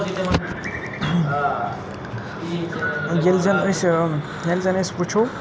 ییٚلہِ زن أسۍ یِیٚلہِ زَن أسی وُچھو